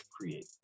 create